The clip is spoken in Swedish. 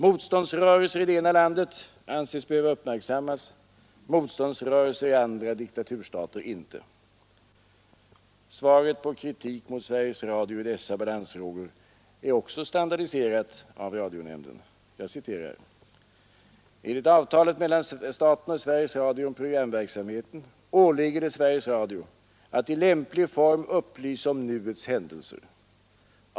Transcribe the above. Motståndsrörelser i det ena landet anses behöva uppmärksammas, motståndsrörelser i andra diktaturer inte. Svaret på kritik mot Sveriges Radio i dessa balansfrågor är också standardiserat av radionämnden: ”Enligt avtalet mellan staten och Sveriges Radio om programverksamheten åligger det Sveriges Radio att i lämplig form upplysa om nuets händelser.